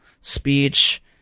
speech